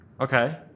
Okay